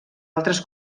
altres